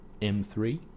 M3